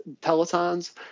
Pelotons